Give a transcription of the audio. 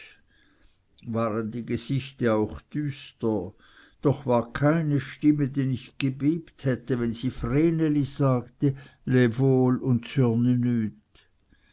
waren die gesichter auch düster doch war keine stimme die nicht gebebt hätte wenn sie vreneli sagte leb wohl und